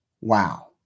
Wow